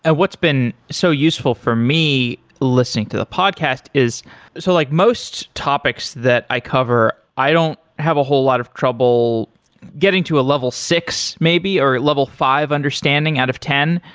and what's been so useful for me listening to the podcast is so like most topics that i cover, i don't have a whole lot of trouble getting to a level six maybe, or a level five understanding, out of ten,